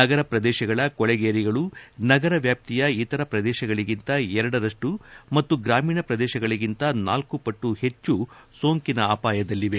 ನಗರ ಪ್ರದೇಶಗಳ ಕೊಳೆಗೇರಿಗಳು ನಗರವ್ಲಾಪ್ತಿಯ ಇತರ ಪ್ರದೇಶಗಳಿಗಿಂತ ಎರಡರಷ್ಟು ಮತ್ತು ಗ್ರಾಮೀಣ ಪ್ರದೇಶಗಳಿಗಿಂತ ನಾಲ್ಲು ಪಟ್ಟು ಹೆಚ್ಚು ಸೋಂಕಿನ ಅಪಾಯದಲ್ಲಿವೆ